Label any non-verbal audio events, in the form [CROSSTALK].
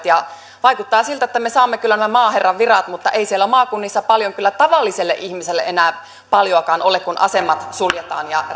[UNINTELLIGIBLE] ja vaikuttaa siltä että me saamme kyllä nämä maaherran virat mutta ei siellä maakunnissa paljon kyllä tavalliselle ihmiselle enää ole kun asemat suljetaan ja